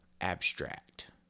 abstract